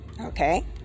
Okay